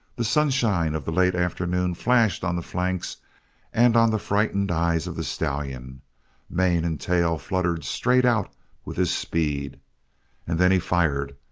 the sunshine of the late afternoon flashed on the flanks and on the frightened eyes of the stallion mane and tail fluttered straight out with his speed and then he fired,